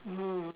mm